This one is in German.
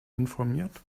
informiert